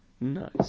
Nice